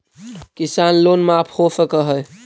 किसान लोन माफ हो सक है?